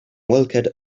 walked